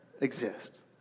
exist